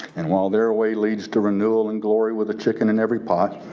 and while their way leads to renewal and glory with a chicken in every pot,